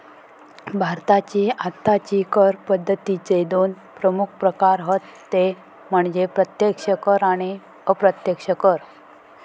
भारताची आत्ताची कर पद्दतीचे दोन प्रमुख प्रकार हत ते म्हणजे प्रत्यक्ष कर आणि अप्रत्यक्ष कर